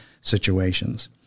situations